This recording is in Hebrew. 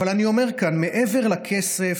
אבל אני אומר כאן: מעבר לכסף